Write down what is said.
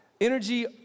energy